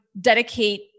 dedicate